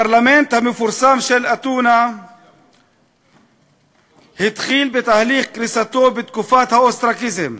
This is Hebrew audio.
תהליך קריסתו של הפרלמנט המפורסם של אתונה התחיל בתקופת האוסטרקיזם,